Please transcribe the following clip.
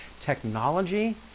technology